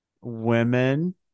Women